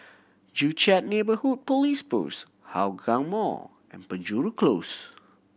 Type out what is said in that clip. Joo Chiat Neighbourhood Police Post Hougang Mall and Penjuru Close